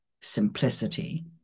simplicity